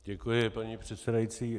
Děkuji, paní předsedající.